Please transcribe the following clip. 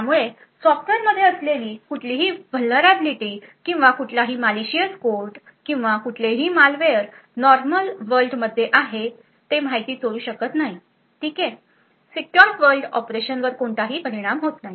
त्यामुळे सॉफ्टवेअर मध्ये असलेली कुठलीही व्हॅलनरॅबिलीटी किंवा कुठलाही मालीशियस कोड किंवा कुठलेही मालवेयर नॉर्मल वर्ल्ड मध्ये आहे ते माहिती चोरू शकत नाही ठीक आहे सीक्युर वर्ल्ड ऑपरेशनवर कोणताही परिणाम होत नाही